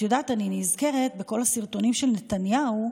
את יודעת, אני נזכרת בכל הסרטונים של נתניהו.